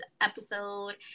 episode